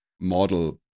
model